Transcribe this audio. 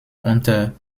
unter